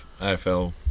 AFL